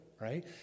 Right